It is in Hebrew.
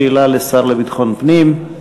שאלה לשר לביטחון הפנים.